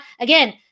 Again